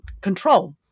control